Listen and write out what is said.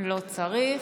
לא צריך.